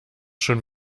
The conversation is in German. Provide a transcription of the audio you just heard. schon